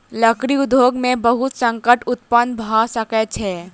लकड़ी उद्योग में बहुत संकट उत्पन्न भअ सकै छै